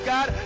God